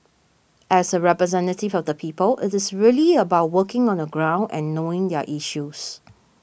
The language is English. as a representative of the people it is really about working on the ground and knowing their issues